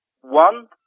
one